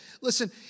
Listen